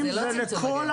זה לא קשור לצמצום המגעים,